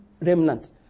remnant